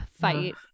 fight